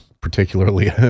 particularly